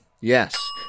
Yes